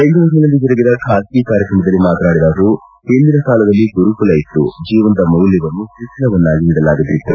ಬೆಂಗಳೂರಿನಲ್ಲಿಂದು ಜರುಗಿದ ಖಾಸಗಿ ಕಾರ್ಯಕ್ರಮದಲ್ಲಿ ಮಾತನಾಡಿದ ಅವರು ಹಿಂದಿನ ಕಾಲದಲ್ಲಿ ಗುರುಕುಲ ಇತ್ತು ಜೀವನದ ಮೌಲ್ಕವನ್ನು ಶಿಕ್ಷಣವನ್ನಾಗಿ ನೀಡಲಾಗುತ್ತಿತ್ತು